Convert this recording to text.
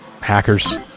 Hackers